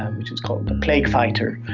and which is called the plague fighter,